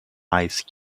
ice